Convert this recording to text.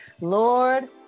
Lord